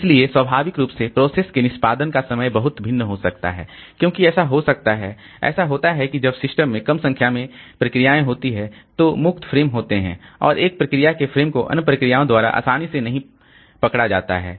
इसलिए स्वाभाविक रूप से प्रोसेस के निष्पादन का समय बहुत भिन्न हो सकता है क्योंकि ऐसा हो सकता है ऐसा होता है कि जब सिस्टम में कम संख्या में प्रोसेसहोती हैं तो मुक्त फ्रेम होते हैं और एक प्रोसेस के फ़्रेम को अन्य प्रोसेसओं द्वारा आसानी से नहीं पकड़ा जाता है